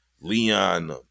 Leon